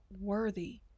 worthy